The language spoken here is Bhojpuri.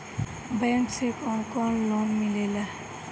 बैंक से कौन कौन लोन मिलेला?